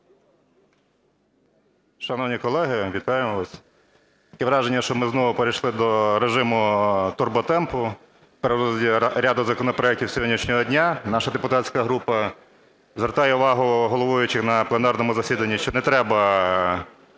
Шановні колеги, вітаю вас! Таке враження, що ми знову перейшли до режиму турботемпу. З приводу ряду законопроектів сьогоднішнього дня. Наша депутатська група звертає увагу головуючих на пленарному засіданні, що не треба